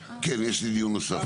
כן, יש לי דיון נוסף.